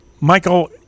Michael